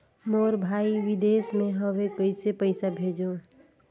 मोर भाई विदेश मे हवे कइसे पईसा भेजो?